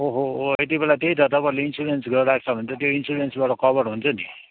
ओहो यति बेला त्यही त तपाईँहरूले इन्सुरेन्स गरेर राखेको छ भने त त्यो इन्सुरेन्सबाट कभर हुन्थ्यो नि